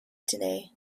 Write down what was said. today